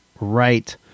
Right